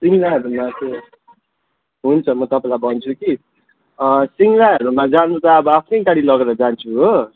सिङ्गलाहरू चाहिँ हुन्छ म तपाईँलाई भन्छु कि सिङ्गलाहरूमा जानु त अब आफ्नै गाडी लगेर जान्छु हो